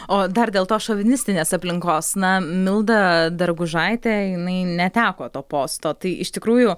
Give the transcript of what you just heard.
o dar dėl to šovinistinės aplinkos na milda dargužaitė jinai neteko to posto tai iš tikrųjų